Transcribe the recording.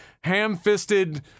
ham-fisted